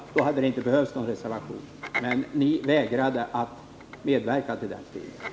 Om ni hade medverkat till den skrivningen, hade det inte behövts någon reservation, men ni vägrade.